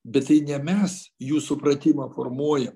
bet tai ne mes jų supratimą formuojam